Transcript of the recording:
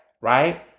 right